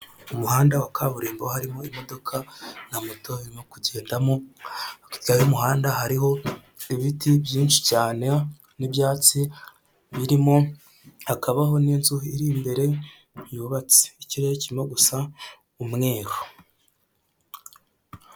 Umuhanda w'akaburimbo harimo imodoka na moto irimo kugendamo, hakurya y'umuhanda hariho ibiti byinshi cyane n'ibyatsi birimo hakabaho n'inzu iri imbere yubatse, ikirere kirimo gusa umweru.